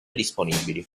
disponibili